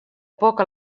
poc